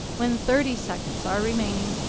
when thirty seconds are remaining,